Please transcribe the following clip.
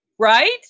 Right